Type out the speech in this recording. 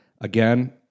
Again